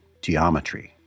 geometry